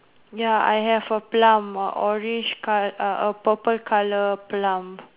ya I have a plum orange col~ uh a purple colour plum